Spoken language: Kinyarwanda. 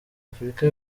afurika